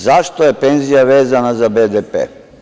Zašto je penzija vezana za BDP?